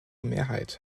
mehrheit